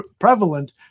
prevalent